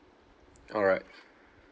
alright